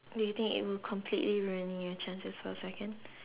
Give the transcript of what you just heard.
do you think it will completely ruining your chances for a second